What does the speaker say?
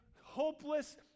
hopeless